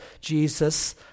Jesus